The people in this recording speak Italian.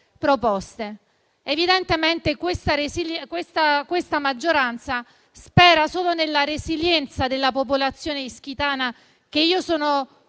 Evidentemente questa maggioranza spera solo nella resilienza della popolazione ischitana, che io sono